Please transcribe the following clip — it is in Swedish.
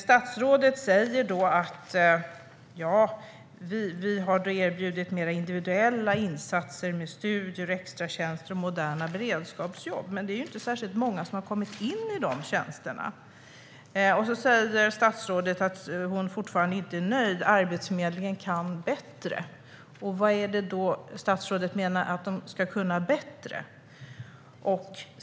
Statsrådet säger att man har erbjudit mer individuella insatser med studier, extratjänster och moderna beredskapsjobb. Men det är inte särskilt många som har kommit in i dessa tjänster. Statsrådet säger också att hon fortfarande inte är nöjd och att Arbetsförmedlingen kan bättre. Vad menar statsrådet att Arbetsförmedlingen ska kunna bättre?